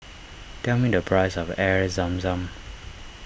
tell me the price of Air Zam Zam